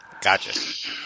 Gotcha